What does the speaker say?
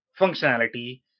functionality